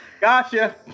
Gotcha